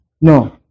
No